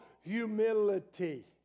humility